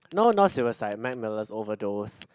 no not suicide Mac Miller's overdose